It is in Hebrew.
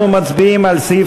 לסעיף